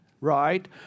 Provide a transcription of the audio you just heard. right